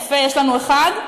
יפה, יש לנו אחד.